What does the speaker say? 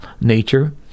nature